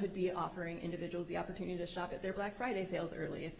could be offering individuals the opportunist shop at their black friday sales early if